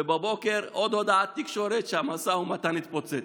ובבוקר עוד הודעה לתקשורת שהמשא ומתן התפוצץ.